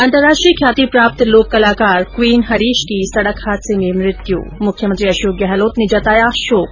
अंतर्राष्ट्रीय ख्याति प्राप्त लोककलाकार क्वीन हरीश की सड़क हादसे में मृत्यु मुख्यमंत्री अशोक गहलोत ने जताया शोक